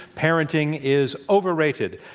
parenting is overrated.